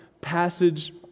passage